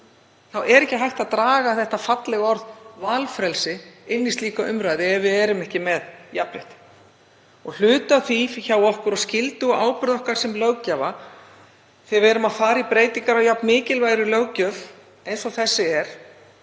Þá er ekki hægt að draga þetta fallega orð valfrelsi inn í slíka umræðu, ef við erum ekki með jafnrétti. Hluti af skyldu okkar og ábyrgð sem löggjafa, þegar við erum að fara í breytingar á jafn mikilvægri löggjöf eins og þessi er,